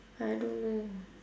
I don't know